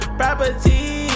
property